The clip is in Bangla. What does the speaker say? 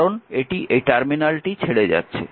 কারণ এটি এই টার্মিনালটি ছেড়ে যাচ্ছে